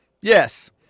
yes